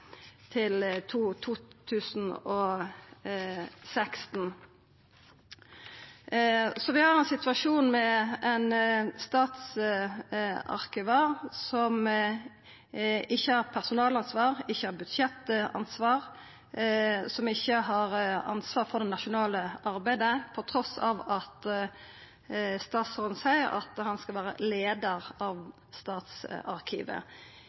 Så vi har ein situasjon med ein statsarkivar som ikkje har personalansvar, som ikkje har budsjettansvar, og som ikkje har ansvar for det nasjonale arbeidet, til tross for at statsråden seier at han skal vera